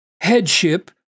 headship